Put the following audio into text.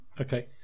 okay